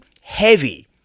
heavy